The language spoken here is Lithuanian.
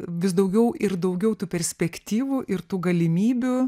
vis daugiau ir daugiau tų perspektyvų ir tų galimybių